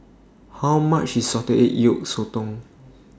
How much IS Salted Egg Yolk Sotong